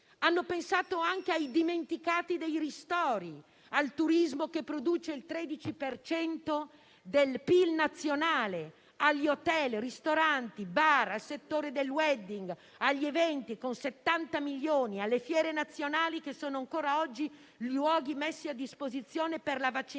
pensato ai dimenticati dai "ristori", al turismo, che produce il 13 per cento del PIL nazionale, agli hotel, ai ristoranti, ai bar, al settore del *wedding*, agli eventi, con 70 milioni, alle fiere nazionali, che sono ancora oggi luoghi messi a disposizione per la vaccinazione